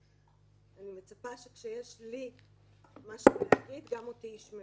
אני מצפה שכשיש לי מה להגיד, גם אותי ישמעו.